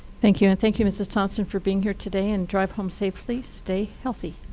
thank you, and thank you mrs. thompson for being here today, and drive home safely. stay healthy.